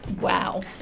wow